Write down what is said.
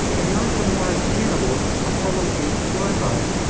and not the more attainable apollo eight fly-by?